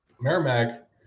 Merrimack